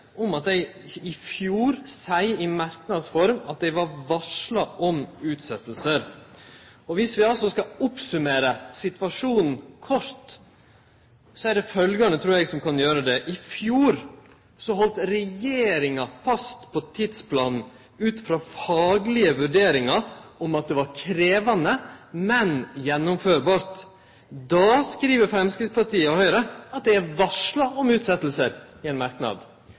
om at dei i fjor seier i merknads form at dei var varsla om utsetjingar. Viss vi skal oppsummere situasjonen kort, så trur eg følgjande kan gjere det: I fjor heldt regjeringa fast på tidsplanen ut frå faglege vurderingar om at det var krevjande, men mogleg å gjennomføre. Da skriv Framstegspartiet og Høgre i ein merknad at dei er varsla om utsetjingar. I